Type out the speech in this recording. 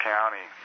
County